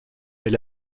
mais